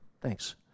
Thanks